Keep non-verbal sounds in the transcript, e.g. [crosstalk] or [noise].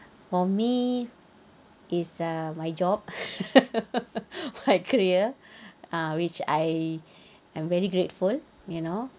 [breath] for me is ah my job [laughs] my career ah which I am very grateful you know